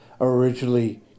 originally